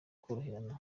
koroherana